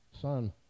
Son